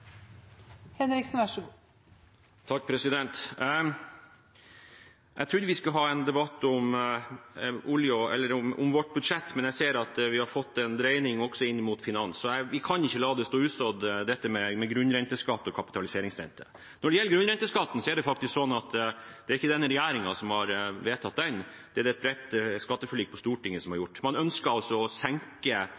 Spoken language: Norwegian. Jeg trodde vi skulle ha en debatt om vårt budsjett, men jeg ser at vi har fått en dreining også inn mot finans. Og vi kan ikke la det være usagt dette med grunnrenteskatt og kapitaliseringsrente. Når det gjelder grunnrenteskatten, er det faktisk ikke denne regjeringen som har vedtatt den – det er gjort gjennom et bredt skatteforlik på Stortinget. Man ønsket å senke selskapsskatten og kompensere ved å øke grunnrenteskatten. Det har